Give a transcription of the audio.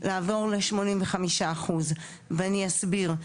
לעבור ל-85 אחוז ואני אסביר,